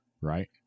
Right